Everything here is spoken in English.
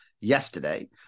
yesterday